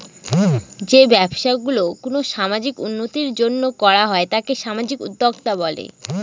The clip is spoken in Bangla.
যে ব্যবসা গুলো কোনো সামাজিক উন্নতির জন্য করা হয় তাকে সামাজিক উদ্যক্তা বলে